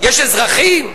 יש אזרחים,